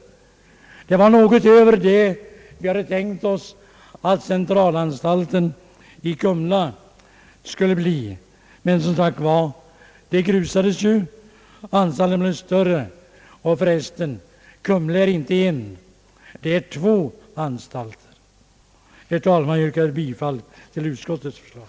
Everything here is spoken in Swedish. Detta var något lägre än det antal platser vi hade tänkt oss för centralanstalten i Kumla — men våra planer omintetgjordes, anstalten i Kumla blev större än vad kommittén önskat. För övrigt är Kumla inte en utan två anstalter. Herr talman! Jag yrkar bifall till utskottets förslag.